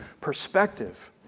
perspective